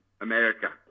America